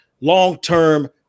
long-term